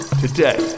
today